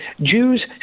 Jews